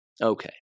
Okay